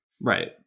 Right